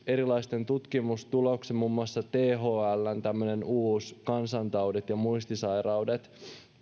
erilaisten tutkimustulosten muun muassa thln tämmöisen uuden kansantaudit ja muistisairaudet